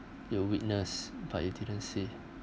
you witness but you didn't say